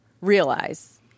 realize